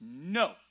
No